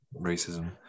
racism